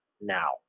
now